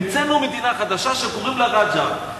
המצאנו מדינה חדשה שקורים לה רג'ר.